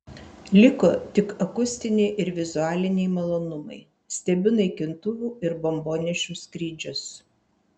liko tik akustiniai ir vizualiniai malonumai stebiu naikintuvų ir bombonešių skrydžius